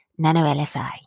NanoLSI